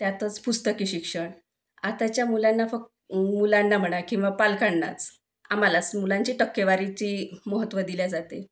त्यातच पुस्तकी शिक्षण आताच्या मुलांना फक् मुलांना म्हणा किंवा पालकांनाच आम्हालाच मुलांचे टक्केवारीचे महत्त्व दिले जाते